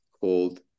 called